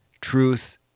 truth